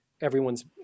everyone's